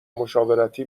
مشاورتی